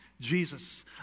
Jesus